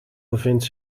bevindt